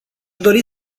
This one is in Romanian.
dori